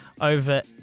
over